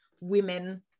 women